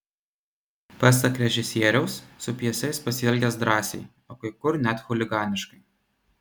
pasak režisieriaus su pjese jis pasielgęs drąsiai o kai kur net chuliganiškai